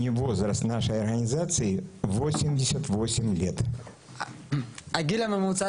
הגיל הממוצע